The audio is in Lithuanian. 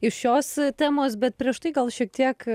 iš šios temos bet prieš tai gal šiek tiek